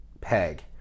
PEG